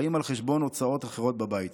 באים על חשבון הוצאות אחרות בבית.